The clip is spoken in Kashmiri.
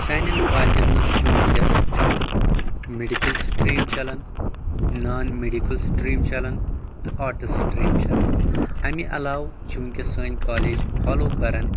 سانٮ۪ن کالجن منٛز چھُ ؤنکیٚس میڈکل سٹریٖم چلان نان میڈکل سٹریٖم چلان تہٕ آٹٕس سٹریٖم چلان امہِ علاوٕ چھُ ؤنکیٚس سٲنۍ کالیج فالو کران